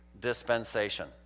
dispensation